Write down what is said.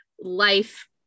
life